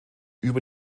über